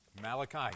Malachi